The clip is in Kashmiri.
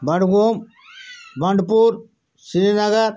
بَڈٕگوم بَنٛڈٕپوٗر سریٖنگر